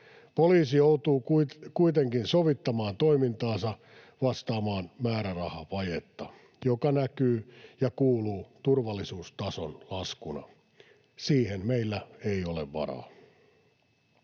Poliisi joutuu kuitenkin sovittamaan toimintaansa vastaamaan määrärahavajetta, mikä näkyy ja kuuluu turvallisuustason laskuna. Siihen meillä ei ole varaa.